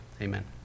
Amen